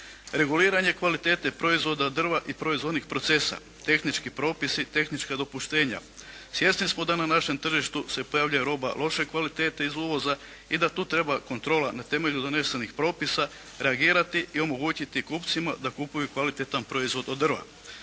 Reguliranje kvalitete proizvoda drva i proizvodnih procesa, tehnički propisi, tehnička dopuštenja. Svjesni smo da na našem tržištu se pojavljuje roba loše kvalitete iz uvoza i da tu treba kontrola na temelju donesenih propisa reagirati i omogućiti kupcima da kupuju kvaliteta proizvod od drva.